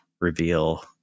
reveal